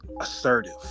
assertive